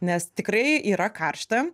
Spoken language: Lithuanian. nes tikrai yra karšta